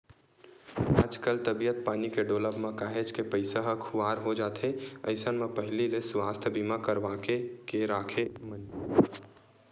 आजकल तबीयत पानी के डोलब म काहेच के पइसा ह खुवार हो जाथे अइसन म पहिली ले सुवास्थ बीमा करवाके के राखे मनखे ह